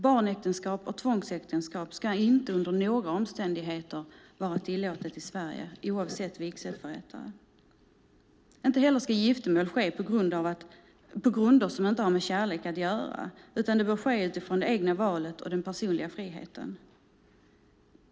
Barnäktenskap och tvångsäktenskap ska inte under några omständigheter vara tillåtet i Sverige, oavsett vigselförrättare. Inte heller ska giftermål ske på grunder som inte har med kärlek att göra, utan det bör ske utifrån det egna valet och den personliga friheten.